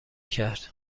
کرد